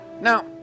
Now